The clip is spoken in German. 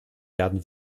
werden